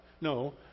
No